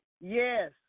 Yes